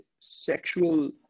sexual